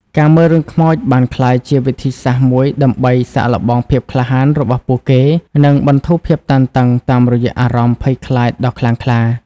ការមើលរឿងខ្មោចបានក្លាយជាវិធីសាស្ត្រមួយដើម្បី សាកល្បងភាពក្លាហាន របស់ពួកគេ និងបន្ធូរភាពតានតឹងតាមរយៈអារម្មណ៍ភ័យខ្លាចដ៏ខ្លាំងក្លា។